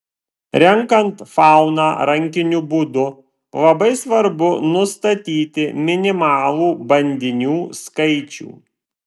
renkant fauną rankiniu būdu labai svarbu nustatyti minimalų bandinių skaičių